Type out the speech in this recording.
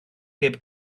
heb